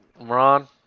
Ron